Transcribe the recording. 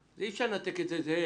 אי אפשר לנתק את זה עכשיו.